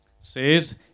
says